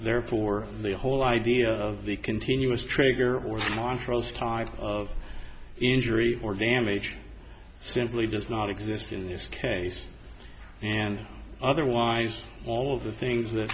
therefore the whole idea of the continuous trigger or the montrose type of injury or damage simply does not exist in this case and otherwise all of the things that